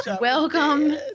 Welcome